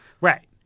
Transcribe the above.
Right